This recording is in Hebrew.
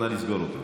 נא לסגור אותו.